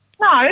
No